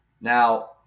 Now